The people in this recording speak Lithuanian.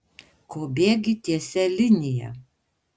ko bėgi tiesia linija